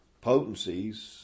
potencies